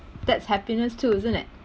that's happiness too isn't it